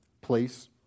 place